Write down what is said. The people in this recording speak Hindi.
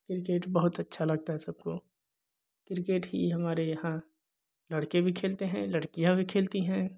क्रिकेट बहुत अच्छा लगता है सबको क्रिकेट ही हमारे यहाँ लड़के भी खेलते हैं लड़कियाँ भी खेलती हैं